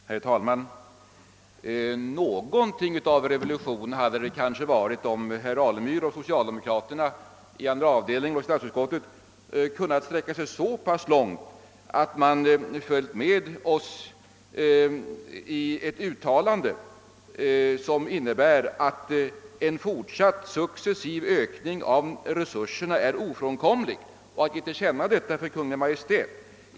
Herr talman! Det hade kanske varit något av en revolution om herr Alemyr och de övriga socialdemokratiska ledamöterna i statsutskottets andra avdelning hade kunnat sträcka sig så pass långt att de anslutit sig till ett uttalande från oss innebärande att en fortsatt successiv ökning av resurserna är ofrånkomlig, vilket vi önskar ge till känna för Kungl. Maj:t.